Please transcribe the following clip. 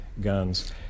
guns